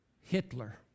Hitler